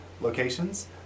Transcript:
locations